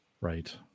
Right